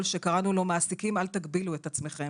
שקראנו לו "מעסיקים על תגבילו את עצמכם".